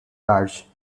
large